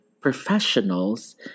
professionals